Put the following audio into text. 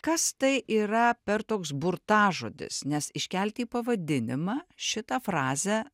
kas tai yra per toks burtažodis nes iškelti į pavadinimą šitą frazę